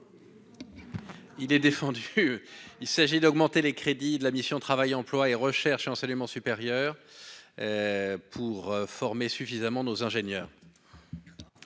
Il est défendu, il s'agit d'augmenter les crédits de la mission Travail, emploi et recherche et enseignement supérieur pour former suffisamment nos ingénieurs.